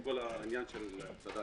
ומטפלים בכל העניינים של צד"ל.